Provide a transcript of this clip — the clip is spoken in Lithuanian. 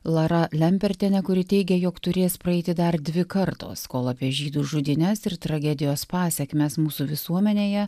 lara lempertiene kuri teigė jog turės praeiti dar dvi kartos kol apie žydų žudynes ir tragedijos pasekmes mūsų visuomenėje